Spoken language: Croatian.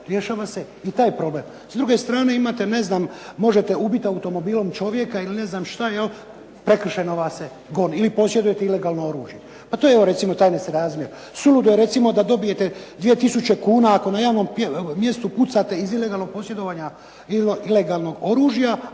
rješava se i taj problem. S druge strane imate ne znam, možete ubiti automobilom čovjeka ili ne znam šta jel, prekršajno vas se goni. Ili posjedujete ilegalno oružje. Pa to je ovo recimo razmjer, suludo je recimo da dobijete 2 tisuće kuna ako na javnom mjestu pucate iz ilegalnog posjedovanja ilegalnog oružja,